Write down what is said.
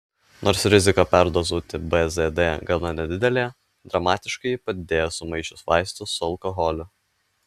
nors rizika perdozuoti bzd gana nedidelė dramatiškai ji padidėja sumaišius vaistus su alkoholiu